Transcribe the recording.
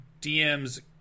dm's